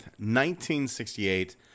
1968